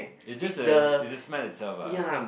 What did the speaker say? it's just the it's the smell itself ah